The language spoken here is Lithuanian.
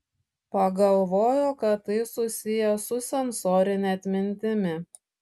pagalvojo kad tai susiję su sensorine atmintimi